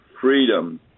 freedom